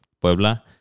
Puebla